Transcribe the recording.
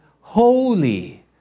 holy